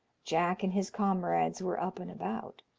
jack and his comrades were up and about.